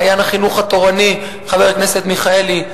"מעיין החינוך התורני" חבר הכנסת מיכאלי,